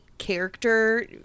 character